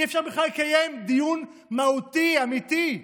אי-אפשר בכלל לקיים דיון מהותי, אמיתי.